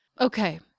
Okay